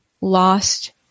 lost